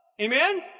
Amen